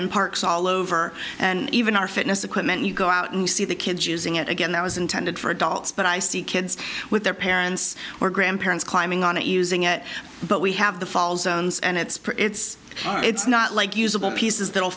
in parks all over and even our fitness equipment you go out and you see the kids using it again that was intended for adults but i see kids with their parents or grandparents climbing on it using at but we have the fall zones and it's pretty it's not it's not like usable pieces